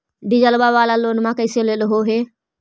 डीजलवा वाला लोनवा कैसे लेलहो हे?